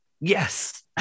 Yes